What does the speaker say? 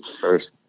First